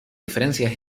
diferencias